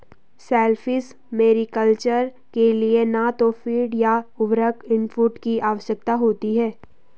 shellfish mariculture के लिए न तो फ़ीड या उर्वरक इनपुट की आवश्यकता होती है